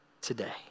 today